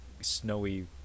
snowy